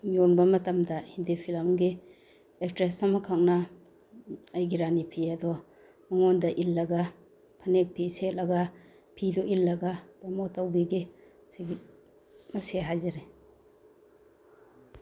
ꯌꯣꯟꯕ ꯃꯇꯝꯗ ꯍꯤꯟꯗꯤ ꯐꯤꯂꯝꯒꯤ ꯑꯦꯛꯇ꯭ꯔꯦꯁ ꯑꯃꯈꯛꯅ ꯑꯩꯒꯤ ꯔꯥꯅꯤ ꯐꯤ ꯑꯗꯣ ꯃꯉꯣꯟꯗ ꯏꯜꯂꯒ ꯐꯅꯦꯛ ꯐꯤ ꯁꯦꯠꯂꯒ ꯐꯤꯗꯨ ꯏꯜꯂꯒ ꯄ꯭ꯔꯃꯣꯠ ꯇꯧꯕꯤꯈꯤ ꯁꯤꯒꯤ ꯃꯁꯦ ꯍꯥꯏꯖꯔꯤ